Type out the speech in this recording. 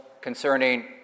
concerning